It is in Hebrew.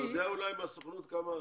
אולי נציג הסוכנות יודע.